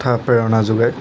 তথা প্ৰেৰণা যোগায়